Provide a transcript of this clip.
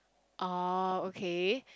oh okay